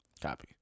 Copy